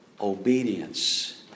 obedience